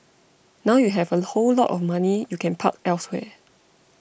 now you have a whole lot of money you can park elsewhere